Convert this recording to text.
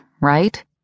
right